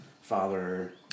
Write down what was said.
Father